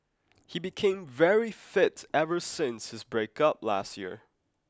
he became very fit ever since his breakup last year